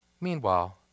meanwhile